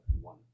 one